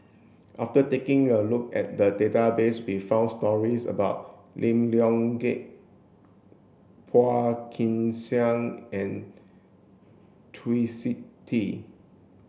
after taking a look at the database we found stories about Lim Leong Geok Phua Kin Siang and Twisstii